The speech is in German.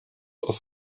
aus